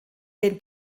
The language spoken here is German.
wenn